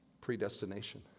Predestination